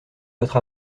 votre